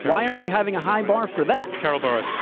why aren't you having a high bar for that? carol burris.